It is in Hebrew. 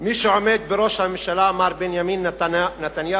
מי שעומד בראש הממשלה, מר בנימין נתניהו,